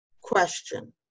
question